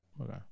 Okay